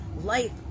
life